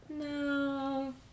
no